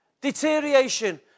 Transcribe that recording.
deterioration